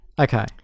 Okay